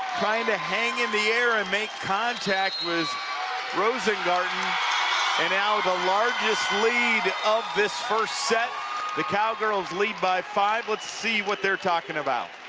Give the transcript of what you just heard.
and hang in the air and make contact was rosengarten, and now the largest lead of this first set the cowgirls lead by five let's see what they're talking about